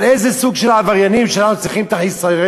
על איזה סוג של עבריינים אנחנו צריכים את החיסיון